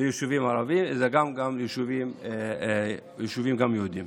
ליישובים ערביים אלא גם ליישובים יהודיים.